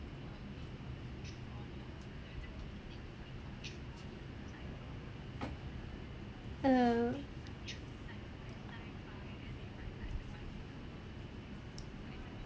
oh